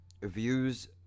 views